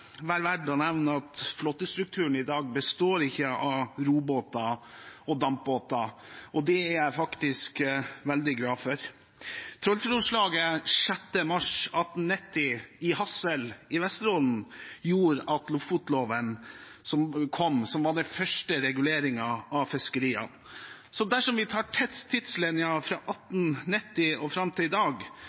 å nevne at flåtestrukturen i dag ikke består av robåter og dampbåter, og det er jeg faktisk veldig glad for. Trollfjordslaget den 6. mars 1890 i Hadsel i Vesterålen gjorde at Lofotloven kom, som var den første reguleringen av fiskeriene. Dersom vi tar tidslinjen fra 1890 og fram til i dag,